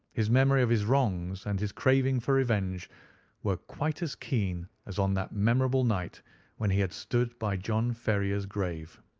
his memory of his wrongs and his craving for revenge were quite as keen as on that memorable night when he had stood by john ferrier's grave.